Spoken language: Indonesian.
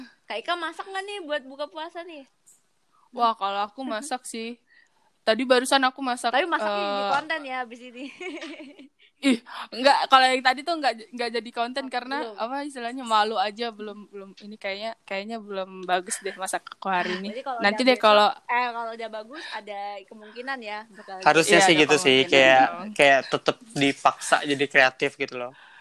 Kak Ika masak nggak nih buat buka puasa nih? Wah, kalau aku masak sih. Tadi barusan aku masak, Tapi masaknya jadi eh, konten ya habis ini. Ih, nggak, kalau yang tadi tuh nggak j- nggak jadi konten Oh, karena belum. apa istilahnya malu aja, belum- belum. Ini kayaknya- kayaknya belum bagus deh masak aku hari ini. Jadi kalau Nanti udah- deh kalau- eh, kalau udah bagus ada kemungkinan ya bakal- Harusnya Iya, sih ada gitu sih, kemungkinan. kayak- Iya. kayak tetep dipaksa jadi kreatif gitu loh.